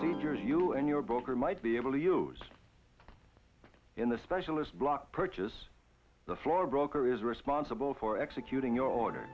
procedures you and your broker might be able to use in the specialist block purchase the floor broker is responsible for executing your order